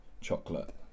chocolate